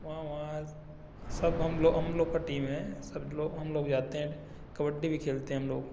वहाँ वहाँ सब हम लोग हम लोग का टीम है सब लोग हम लोग जाते हैं कबड्डी भी खेलते हैं हम लोग